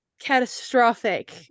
catastrophic